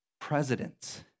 presidents